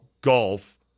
golf